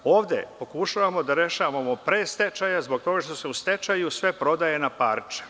Ovde pokušavamo da rešavamo pre stečaja, zbog toga što se u stečaju sve prodaje „na parče“